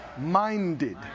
minded